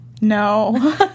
No